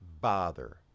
bother